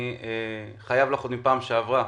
אני חייב לך מפעם שעברה.